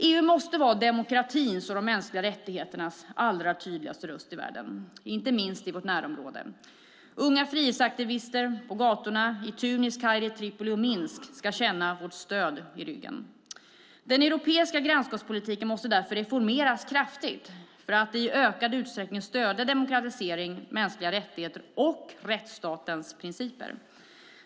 EU måste vara demokratins och de mänskliga rättigheternas allra tydligaste röst i världen, inte minst i vårt närområde. Unga frihetsaktivister på gatorna i Tunis, Kairo, Tripoli och Minsk ska känna vårt stöd i ryggen. Den europeiska grannskapspolitiken måste därför reformeras kraftigt för att i ökad utsträckning stödja demokratisering, mänskliga rättigheter och rättsstatens principer.